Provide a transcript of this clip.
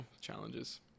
challenges